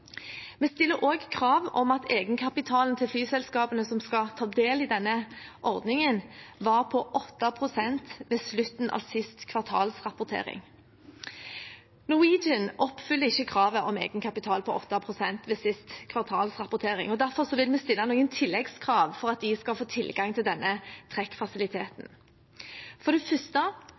Vi stiller også krav om at egenkapitalen til flyselskapene som skal ta del i ordningen, var på 8 pst. ved slutten av siste kvartalsrapportering. Norwegian oppfyller ikke kravet om egenkapital på 8 pst. ved siste kvartalsrapportering. Derfor vil vi stille noen tilleggskrav for at de skal få tilgang til denne trekkfasiliteten. For det første